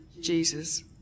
Jesus